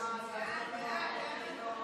ההצעה להעביר את הצעת חוק